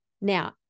Now